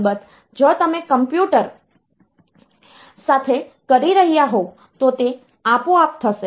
અલબત્ત જો તમે કોમ્પ્યુટર સાથે કરી રહ્યા હોવ તો તે આપોઆપ થશે